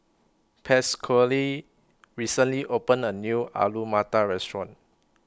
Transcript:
Pasquale recently opened A New Alu Matar Restaurant